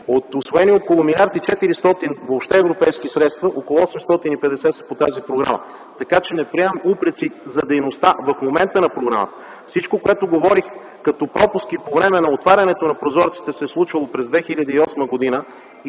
От усвоени около милиард и 400 въобще европейски средства, около 850 са по тази програма. Така че не приемам упреци за дейността в момента на програмата. Всичко, което говорих като пропуски по време на отварянето на прозорците, се е случило през 2008 г. и